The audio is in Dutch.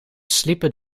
sliepen